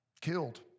killed